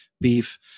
beef